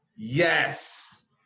Yes